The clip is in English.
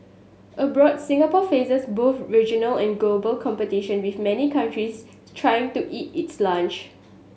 abroad Singapore faces both regional and global competition with many countries trying to eat its lunch